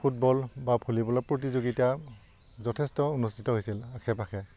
football বা ভলীবলৰ প্ৰতিযোগিতা যথেষ্ট অনুষ্ঠিত হৈছিল আশে পাশে